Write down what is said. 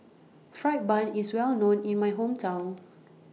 Fried Bun IS Well known in My Hometown